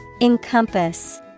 Encompass